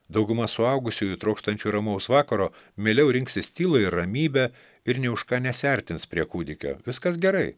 dauguma suaugusiųjų trokštančių ramaus vakaro mieliau rinksis tylą ir ramybę ir nė už ką nesiartins prie kūdikio viskas gerai